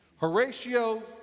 Horatio